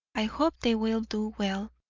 i hope they will do well.